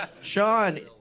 Sean